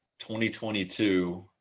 2022